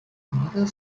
mother